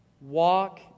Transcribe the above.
walk